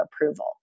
approval